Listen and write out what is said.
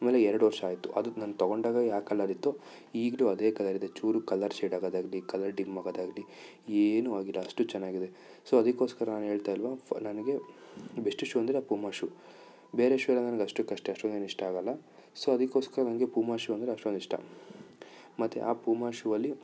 ಆಮೇಲೆ ಎರಡು ವರ್ಷ ಆಯಿತು ಅದು ನಾನು ತಗೊಂಡಾಗ ಯಾವ ಕಲರ್ ಇತ್ತು ಈಗಲೂ ಅದೇ ಕಲರಿದೆ ಚೂರು ಕಲರ್ ಶೆಡಾಗೋದಾಗ್ಲಿ ಕಲರ್ ಡಿಮ್ ಆಗೋದಾಗ್ಲಿ ಏನು ಆಗಿಲ್ಲ ಅಷ್ಟು ಚೆನ್ನಾಗಿದೆ ಸೊ ಅದಕ್ಕೋಸ್ಕರ ನಾನು ಹೇಳ್ತಾ ಇಲ್ಲವಾ ಫೊ ನನಗೆ ಬೆಸ್ಟ್ ಶೂ ಅಂದರೆ ಪೂಮ ಶೂ ಬೇರೆ ಶೂಯೆಲ್ಲ ನನ್ಗೆ ಅಷ್ಟಕ್ಕಷ್ಟೆ ಅಷ್ಟೊಂದು ಏನು ಇಷ್ಟ ಆಗಲ್ಲ ಸೊ ಅದಕ್ಕೋಸ್ಕರ ನನಗೆ ಪೂಮ ಶೂ ಅಂದರೆ ಅಷ್ಟೊಂದು ಇಷ್ಟ ಮತ್ತು ಆ ಪೂಮ ಶೂ ಅಲ್ಲಿ